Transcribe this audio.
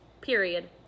period